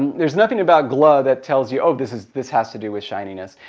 there's nothing about gla that tells you, oh this has this has to do with shininess.